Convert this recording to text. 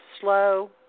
slow